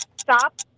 Stop